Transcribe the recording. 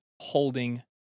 holding